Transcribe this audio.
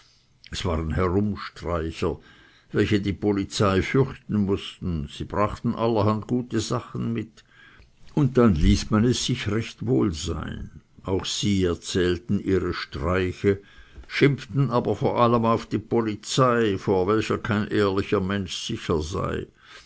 es waren herumstreicher welche die polizei fürchten mußten sie brachten allerhand gute sachen mit und dann ließ man es sich recht wohl sein auch sie erzählten ihre streiche schimpften aber vor allem auf die polizei vor welcher kein ehrlicher mensch sicher sei